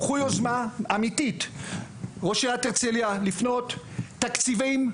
קחו יוזמה אמיתית, ראשת הרצליה לפנות, תקציבים,